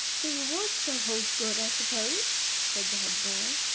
the reward still holds good, i suppose, said the head boy.